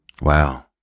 Wow